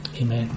Amen